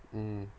mm